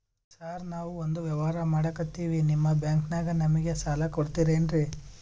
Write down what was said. Sir ನಾವು ಒಂದು ವ್ಯವಹಾರ ಮಾಡಕ್ತಿವಿ ನಿಮ್ಮ ಬ್ಯಾಂಕನಾಗ ನಮಿಗೆ ಸಾಲ ಕೊಡ್ತಿರೇನ್ರಿ?